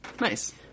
Nice